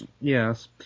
yes